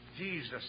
Jesus